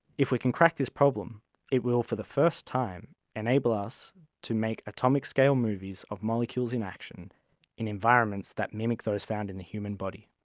if we can crack this problem it will, for the first time, enable us to make atomic scale movies of molecules in action in environments that mimic those found in the human body.